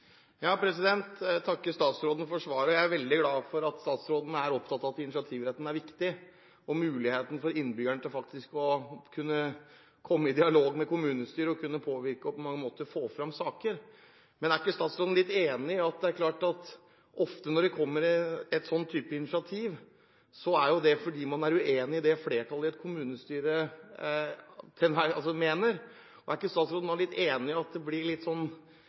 Jeg takker statsråden for svaret. Jeg er veldig glad for at statsråden er opptatt av at initiativretten er viktig, og muligheten for innbyggerne til faktisk å kunne komme i dialog med kommunestyret og kunne påvirke og få fram saker. Men er ikke statsråden enig i at ofte når det kommer et slikt initiativ, er det fordi man er uenig i det flertallet i et kommunestyre mener? Og er ikke statsråden enig i at det